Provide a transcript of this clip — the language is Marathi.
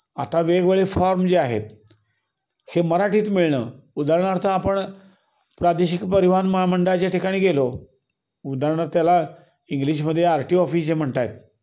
आता वेगवेगळे फॉर्म जे आहेत हे मराठीत मिळणं उदाहरणार्थ आपण प्रादेशिक परिवहन महामंडळाच्या ठिकाणी गेलो उदारणार्थ त्याला इंग्लिशमध्ये आर टी ऑफिस जे म्हणत आहेत